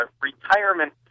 retirement